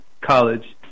College